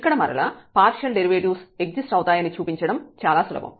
ఇక్కడ మరలా partial derivatives exist అవుతాయని చూపించడం చాలా సులభం